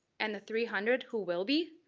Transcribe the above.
and the three hundred who will be?